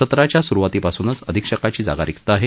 सत्राच्या सुरुवातीपासूनच अधीक्षकाची जागा रिक्त आहे